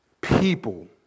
people